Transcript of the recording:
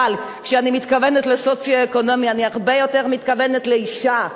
וכשאני אומרת סוציו-אקונומי אני הרבה יותר מתכוונת לאשה,